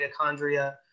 mitochondria